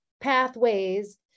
pathways